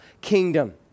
kingdom